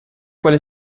quale